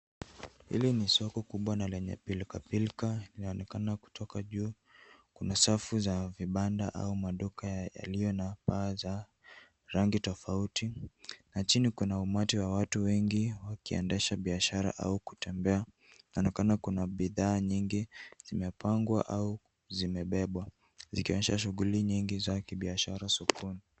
Hili ni soko kubwa na lenye pilkapilka inaonekana kutoka juu. Kuna safu za vibanda au maduka yaliyo na paa za rangi tofauti na chini kuna umati wa watu wengi wakiendesha biashara au kutembea. Inaonekana kuna bidhaa nyingi zimepangwa au zimebebwa zikionyesha shughuli nyingi za kibiashara sokoni.